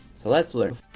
so let's learn.